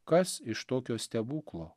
kas iš tokio stebuklo